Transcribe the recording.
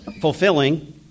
fulfilling